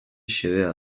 xedea